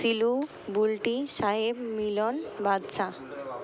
Shilu Bulti Saheb Milan Badshah